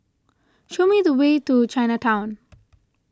show me the way to Chinatown